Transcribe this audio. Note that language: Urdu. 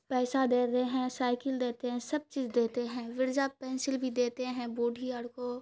پیسہ دیتے ہیں سائیکل دیتے ہیں سب چیز دیتے ہیں وڑزا پینسل بھی دیتے ہیں بوڈھی اور کو